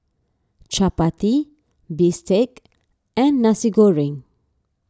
Chappati Bistake and Nasi Goreng